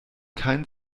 keinen